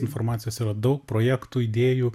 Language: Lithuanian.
informacijos yra daug projektų idėjų